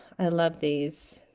i love these